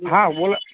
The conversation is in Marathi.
हां बोला